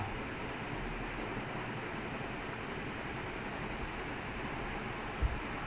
ya ya அவன் வந்து:avan vanthu is like he's a old school striker அவன் வந்து:avan vanthu he would just run and shoot